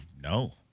no